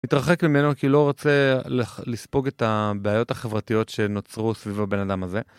מתרחק ממנו כי לא רוצה לספוג את הבעיות החברתיות שנוצרו סביב הבן אדם הזה.